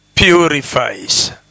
Purifies